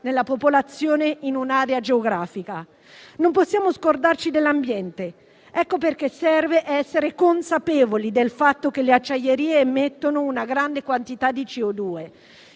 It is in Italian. nella popolazione in un'area geografica. Non possiamo scordarci dell'ambiente. Ecco perché serve essere consapevoli del fatto che le acciaierie emettono una grande quantità di CO2.